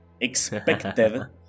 expected